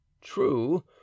True